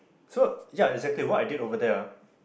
so yeah exactly what I did over there